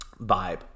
vibe